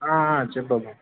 చెప్పమ్మా